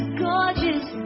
gorgeous